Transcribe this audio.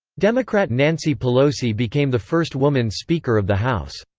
democrat nancy pelosi became the first woman speaker of the house.